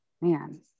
man